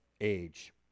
age